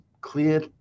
clear